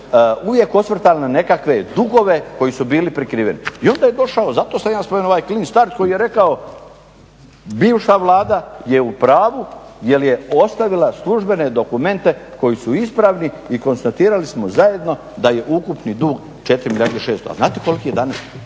uvijek osvrtali na nekakve dugove koji su bili prikriveni. I onda je došao, zato sam ja spomenuo "Clean start" koji je rekao bivša Vlada je u pravu jer je ostavila službene dokumente koji su ispravni i konstatirali smo zajedno da je ukupni dug 4 milijarde i 600. A znate koliki je danas?